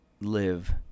live